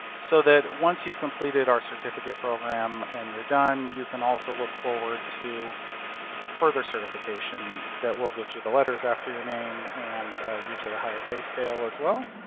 so that once you've completed our certificate program, and you're done, you can also look forward to further certification that will get you the letters after your name, and usually a higher pay scale, as well.